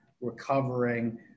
recovering